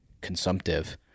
consumptive